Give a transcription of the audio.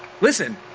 Listen